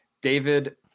David